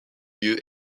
lieu